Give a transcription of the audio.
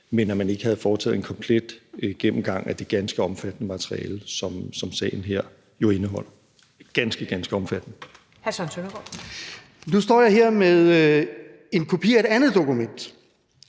men at man ikke havde foretaget en komplet gennemgang af det ganske omfattende materiale, som sagen her jo indeholder - et ganske, ganske omfattende materiale. Kl. 13:29 Første næstformand